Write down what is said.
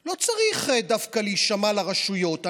לא צריך דווקא להישמע לרשויות,